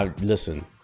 Listen